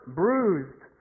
bruised